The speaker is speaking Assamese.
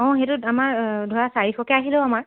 অঁ সেইটোত আমাৰ ধৰা চাৰিশকৈ আহিলেও আমাৰ